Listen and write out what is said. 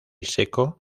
seco